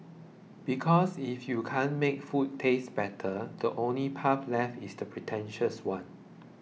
because if you can't make food taste better the only path left is the pretentious one